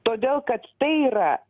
todėl kad tai yra